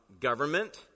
government